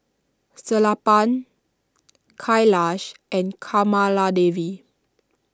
Sellapan Kailash and Kamaladevi